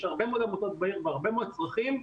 יש הרבה מאוד עמותות בעיר והרבה מאוד צרכים,